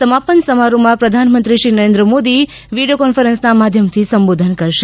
સમાપન સમારોહમાં પ્રધાનમંત્રી શ્રી નરેન્દ્ર મોદી વીડીયો કોન્ફરન્સના માધ્યમથી સંબોધન કરશે